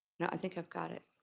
now i think i've got it.